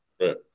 Right